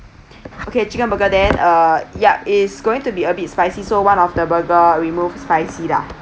okay chicken burger then uh yup it's going to be a bit spicy so one of the burger remove spicy lah